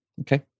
Okay